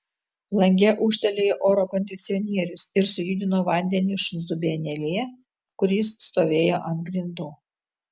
lange ūžtelėjo oro kondicionierius ir sujudino vandenį šuns dubenėlyje kuris stovėjo ant grindų